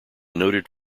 noted